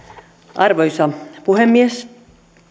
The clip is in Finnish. arvoisa puhemies